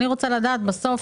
אני רוצה לדעת, בסוף